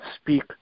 speak